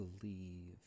believe